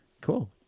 Cool